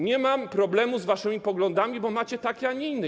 Nie mam problemu z waszymi poglądami, bo macie takie, a nie inne.